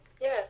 Yes